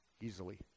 easily